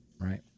right